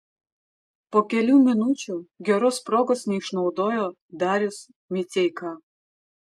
po kelių minučių geros progos neišnaudojo darius miceika